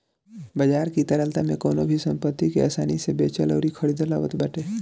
बाजार की तरलता में कवनो भी संपत्ति के आसानी से बेचल अउरी खरीदल आवत बाटे